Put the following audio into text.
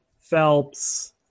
Phelps